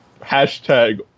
hashtag